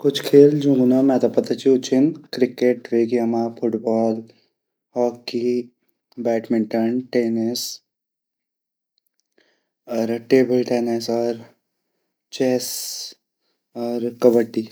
कुछ खेल जुंगू नौ मेते पता ची उ छिन क्रिकेट वेगि हमा फुटबॉल, हॉकी ,बैडमिंटन, टेनिस अर टेबल टैनिस अर चैस अर कब्बडी।